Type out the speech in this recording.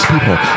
People